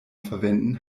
verwenden